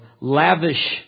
lavish